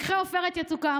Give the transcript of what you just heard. לקחי עופרת יצוקה,